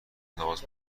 تماس